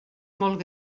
molt